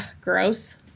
gross